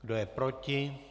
Kdo je proti?